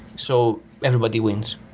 so everybody wins.